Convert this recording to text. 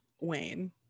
wayne